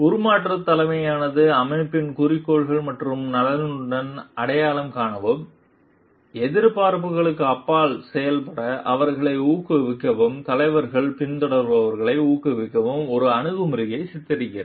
உருமாற்றத் தலைமையானது அமைப்பின் குறிக்கோள்கள் மற்றும் நலன்களுடன் அடையாளம் காணவும் எதிர்பார்ப்புகளுக்கு அப்பால் செயல்பட அவர்களை ஊக்குவிக்கவும் தலைவர்கள் பின்தொடர்பவர்களை ஊக்குவிக்கும் ஒரு அணுகுமுறையை சித்தரிக்கிறது